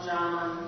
John